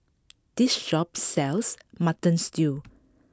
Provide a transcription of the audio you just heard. this shop sells Mutton Stew